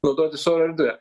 naudotis oro erdve